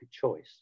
choice